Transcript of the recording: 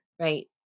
right